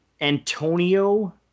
Antonio